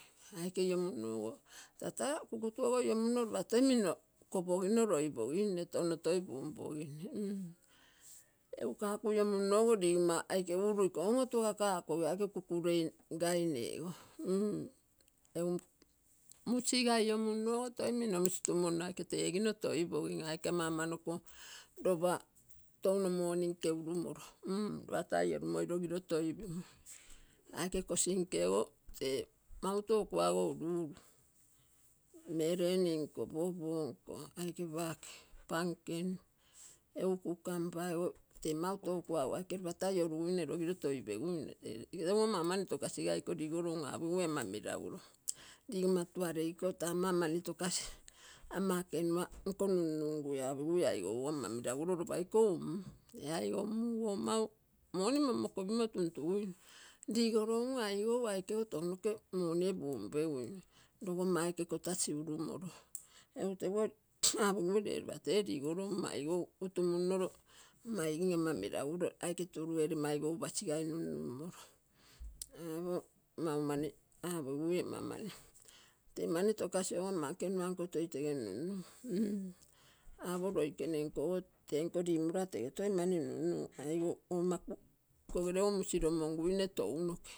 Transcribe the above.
Aike iomumnogo tata kukutu ogo iomumno lopa toi mino kopogino loipogimne touno toi pumpogimme m-egu kaku iomunnogo ligoma aike ulu iko on-otugakakogi aike kukurei gainlego m-egu musiga iomunnogo toi minno musi tumonno aike tegino toipogim, aike ama-aman oko lopa touno moni nke urumoro. M-lopa ta iolumoi logiro toipimoi. Aiko kosnke ogo tee mautou kuago ulu-ulu. Meleni, nko popo nko aike pake pankeni, egu kukampa te mautou kuago, aike lopa ta ioluguine logiro toipeguine. Le teguo maumani tokasigai iko ligoro um apogigui ama meraguro ligomma tuare iko ta ama mani tokasi ama ekenua nko numnumgui, apogigui aigou ogo ama meraguro lopa iko um. E aigou mugou mau moni mommokopimo tumtuguino. Ligoro um aigou aikego tounoke monie pumpeguno. Logomma aike kotasi urumoro. Egu teguo apogigui le lopa te ligoro um maigou utu-munnloro maigim pasi numnumoro. Apo maumani apogigui maumani. Te mani tokasi ogo ama ekenua nko toi tege numnumm-apo loi kene nkogo tenko limorona tege toi mani numnum aigou oumaku ikogere ogo musi lomonguine tounoke.